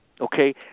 okay